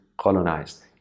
colonized